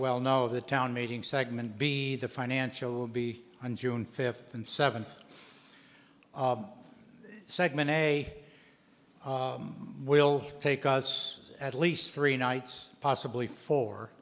well know the town meeting segment be the financial will be on june fifth and seventh segment a will take us at least three nights possibly fo